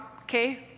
okay